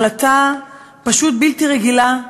זו החלטה פשוט בלתי רגילה,